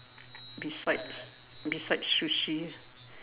besides besides sushi